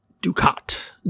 Ducat